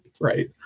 right